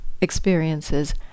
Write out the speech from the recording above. experiences